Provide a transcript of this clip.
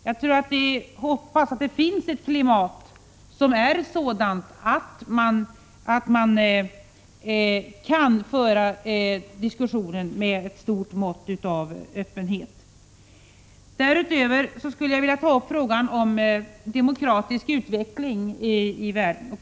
Jag hoppas att klimatet är sådant att man kan föra diskussionen med ett stort mått av öppenhet. Därutöver skulle jag vilja ta upp frågan om en demokratisk utveckling i världen.